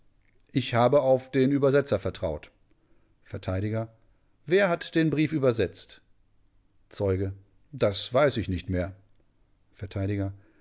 ich habe auf den übersetzer vertraut vert wer hat den brief übersetzt zeuge das weiß ich nicht mehr